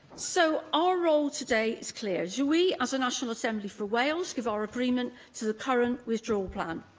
so, our role today is clear do we, as a national assembly for wales, give our agreement to the current withdrawal plan?